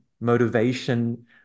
motivation